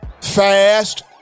fast